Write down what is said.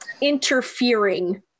interfering